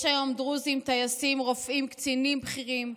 יש היום דרוזים טייסים, רופאים, קצינים בכירים,